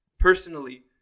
Personally